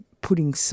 putting